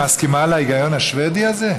את מסכימה להיגיון השבדי הזה?